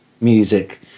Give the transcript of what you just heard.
music